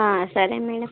సరే మ్యాడమ్